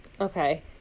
Okay